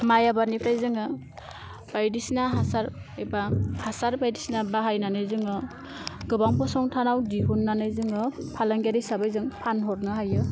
माइ आबादनिफ्राय जोङो बायदिसिना हासार एबा हासार बायदिसिना बाहायनानै जोङो गोबां फसंथानाव दिहुन्नानै जोङो फालांगियारि हिसाबै जों फानहरनो हायो